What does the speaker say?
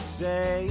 say